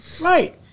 Right